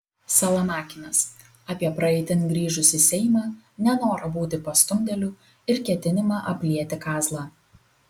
salamakinas apie praeitin grįžusį seimą nenorą būti pastumdėliu ir ketinimą aplieti kazlą